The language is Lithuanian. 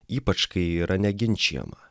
ypač kai ji yra neginčijama